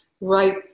right